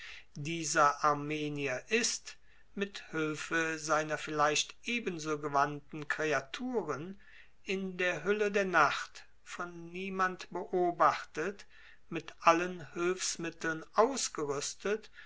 dieser armenier ist mit hülfe seiner vielleicht ebenso gewandten kreaturen in der hülle der nacht von niemand beobachtet mit allen hülfsmitteln ausgerüstet